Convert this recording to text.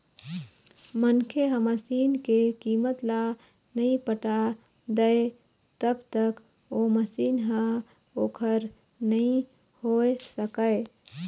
मनखे ह मसीन के कीमत ल नइ पटा दय तब तक ओ मशीन ह ओखर नइ होय सकय